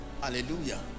hallelujah